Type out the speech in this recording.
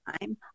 time